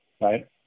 right